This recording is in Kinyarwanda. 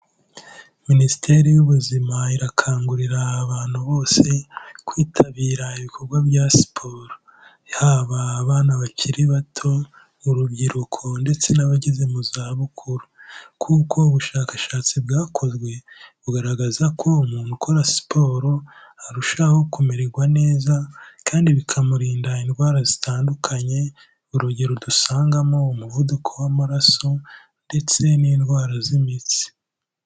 Minisiteri y'ubuzima irakangurira abantu bose kwitabira ibikorwa bya siporo, yaba abana bakiri bato, urubyiruko ndetse n'abageze mu zabukuru, kuko ubushakashatsi bwakozwe bugaragaza ko umuntu ukora siporo arushaho kumererwa neza kandi bikamurinda indwara zitandukanye urugero dusangamo umuvuduko w'amaraso ndetse n'indwara z'imitsi.